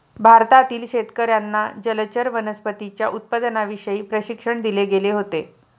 भारतातील शेतकर्यांना जलचर वनस्पतींच्या उत्पादनाविषयी प्रशिक्षण दिले गेले होते